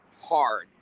hard